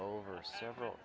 over several